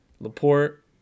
Laporte